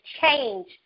change